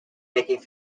making